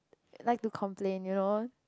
like to complain you know